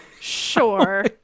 Sure